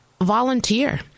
volunteer